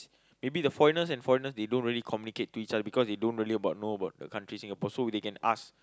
maybe the foreigners and foreigners they don't really communicate to each other because they don't really about know about the country Singapore so they can ask